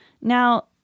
Now